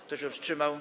Kto się wstrzymał?